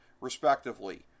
respectively